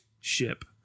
ship